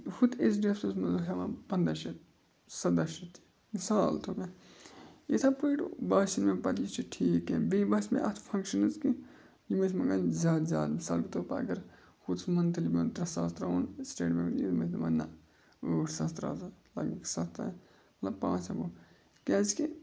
ہُتہِ H D F C یس منٛز اوس ہٮ۪وان پنٛداہ شَتھ سَداہ شَتھ تہِ مِثال تھو مےٚ یِتھَے پٲٹھۍ باسیو نہٕ مےٚ پَتہٕ یہِ چھُ ٹھیٖک کینٛہہ بیٚیہِ باسہِ مےٚ اَتھ فَنٛگشَنٕز کینٛہہ یِم ٲسۍ مگان زیادٕ زیادٕ مِثال بہٕ طور پر اگر ہُہ اوس مَنتھٕلی پٮ۪وان ترٛےٚ ساس ترٛاوُن سٹیٹ مٮ۪نٛڈ نہ ٲٹھ ساس ترٛاوان لگ بگ سَتھ ترٛےٚ مطلب پانٛژھ وُہ گوٚو کیٛازِکہِ